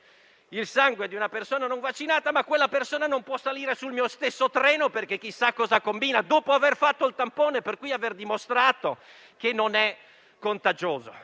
il sangue di una persona non vaccinata, ma quella stessa persona non può salire sul mio stesso treno, perché chissà cosa combina, dopo aver fatto il tampone e, quindi, avendo dimostrato che non è contagiosa?